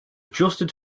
adjusted